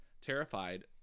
terrified